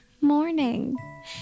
morning